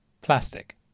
plastic